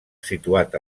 situat